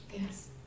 Yes